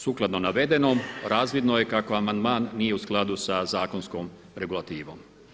Sukladno navedenom razvidno je kako amandman nije u skladu sa zakonskom regulativom.